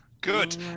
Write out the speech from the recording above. good